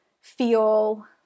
feel